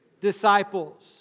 disciples